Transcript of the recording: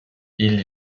ils